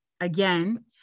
again